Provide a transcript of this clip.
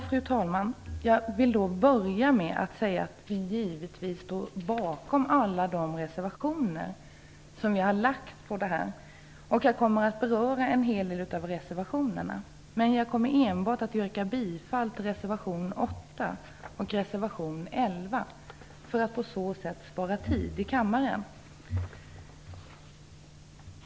Fru talman! Jag vill börja med att säga att vi givetvis står bakom alla de reservationer som vi har fogat till betänkandet, och jag kommer att beröra en hel del av dem. Men jag yrkar bifall enbart till reservationerna 8 och 11, för att på så sätt spara tid i kammaren.